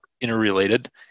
interrelated